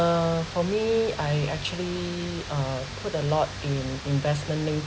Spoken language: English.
for me I actually uh put a lot in investment linked